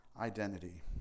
identity